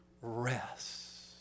rest